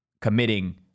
committing